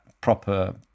proper